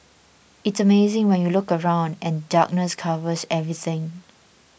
it's amazing when you look around and darkness covers everything